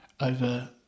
over